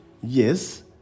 yes